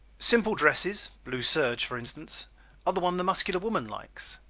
simple dresses blue serge, for instance are the ones the muscular woman likes.